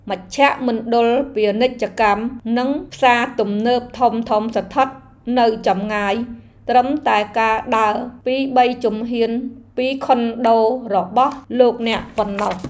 មជ្ឈមណ្ឌលពាណិជ្ជកម្មនិងផ្សារទំនើបធំៗស្ថិតនៅចម្ងាយត្រឹមតែការដើរពីរបីជំហានពីខុនដូរបស់លោកអ្នកប៉ុណ្ណោះ។